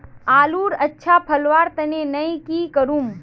आलूर अच्छा फलवार तने नई की करूम?